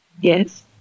Yes